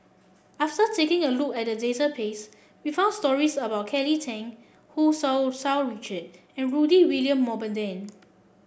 after taking a look at database we found stories about Kelly Tang Hu Tsu Sau Richard and Rudy William Mosbergen